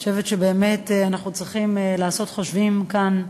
אני חושבת שבאמת אנחנו צריכים לעשות חושבים כאן,